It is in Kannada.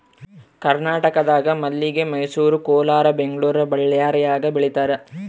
ಕರ್ನಾಟಕದಾಗ ಮಲ್ಲಿಗೆ ಮೈಸೂರು ಕೋಲಾರ ಬೆಂಗಳೂರು ಬಳ್ಳಾರ್ಯಾಗ ಬೆಳೀತಾರ